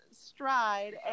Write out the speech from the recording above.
stride